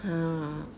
hmm